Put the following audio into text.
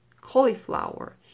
cauliflower